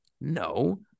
no